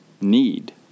need